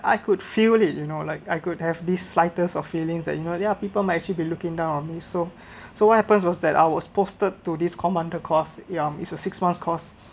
I could feel it you know like I could have this slightest of feelings that you know there are people may actually be looking down on me so so what happened was that I was posted to this commando course ya is a six months course